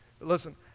listen